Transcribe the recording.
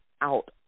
out